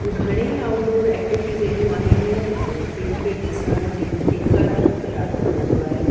घणेईं outdoor activities अहिड़ियूं आहिनि जंहिंखें ॾिसणु जंहिंखें करण मूंखे ॾाढो वणंदो आहे